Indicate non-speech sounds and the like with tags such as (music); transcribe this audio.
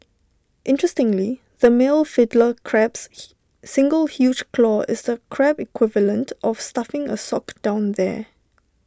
interestingly the male Fiddler crab's (noise) single huge claw is the Crab equivalent of stuffing A sock down there